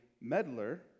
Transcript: meddler